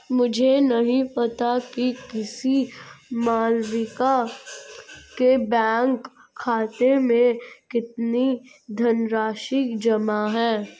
मुझे नही पता कि किसी मालविका के बैंक खाते में कितनी धनराशि जमा है